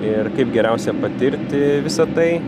ir kaip geriausia patirti visą tai